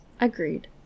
Agreed